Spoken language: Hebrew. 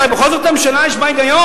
אולי בכל זאת הממשלה יש בה היגיון,